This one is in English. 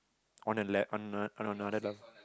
on a le~ on another level